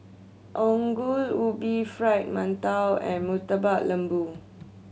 Ongol Ubi Fried Mantou and Murtabak Lembu